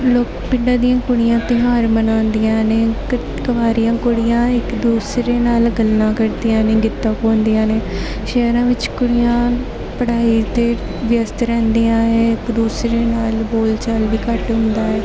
ਲੋਕ ਪਿੰਡਾਂ ਦੀਆਂ ਕੁੜੀਆਂ ਤਿਉਹਾਰ ਮਨਾਉਂਦੀਆਂ ਨੇ ਕਕ ਕਵਾਰੀਆਂ ਕੁੜੀਆਂ ਇੱਕ ਦੂਸਰੇ ਨਾਲ ਗੱਲਾਂ ਕਰਦੀਆਂ ਨੇ ਗਿੱਧਾ ਪਾਉਂਦੀਆਂ ਨੇ ਸ਼ਹਿਰਾਂ ਵਿੱਚ ਕੁੜੀਆਂ ਪੜ੍ਹਾਈ 'ਤੇ ਵਿਅਸਤ ਰਹਿੰਦੀਆਂ ਹੈ ਇੱਕ ਦੂਸਰੇ ਨਾਲ ਬੋਲਚਾਲ ਵੀ ਘੱਟ ਹੁੰਦਾ ਹੈ